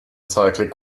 cyclic